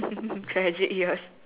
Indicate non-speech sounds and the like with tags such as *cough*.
*laughs* tragic years